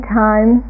time